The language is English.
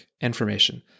information